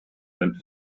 bent